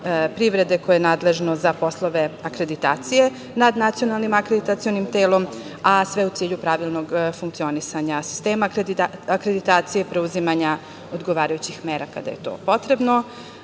privrede, koje je nadležno za poslove akreditacije nad nacionalnim akreditacionim telom, a sve u cilju pravilnog funkcionisanja sistema akreditacije, preuzimanja odgovarajućih mera kada je to potrebno.S